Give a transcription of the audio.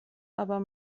aber